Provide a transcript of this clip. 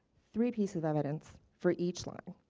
three pieces of evidence for each one.